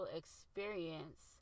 experience